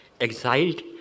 Exiled